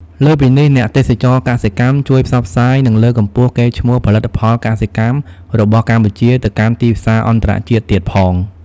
លើសពីនេះ អ្នកទេសចរណ៍កសិកម្មជួយផ្សព្វផ្សាយ និងលើកកម្ពស់កេរ្តិ៍ឈ្មោះផលិតផលកសិកម្មរបស់កម្ពុជាទៅកាន់ទីផ្សារអន្តរជាតិទៀតផង ។